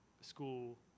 school